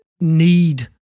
need